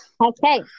Okay